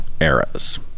eras